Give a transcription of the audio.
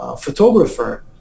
photographer